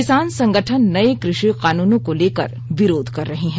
किसान संगठन नए कृषि कानूनों को लेकर विरोध कर रहे हैं